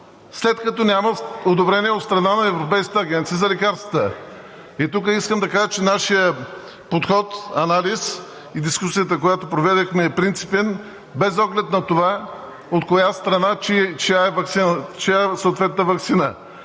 след като няма одобрение от страна на Европейската агенция по лекарствата. И тук искам да кажа, че нашият подход – анализ и дискусията, която проведохме, е принципен, без оглед на това от коя страна, чия е съответната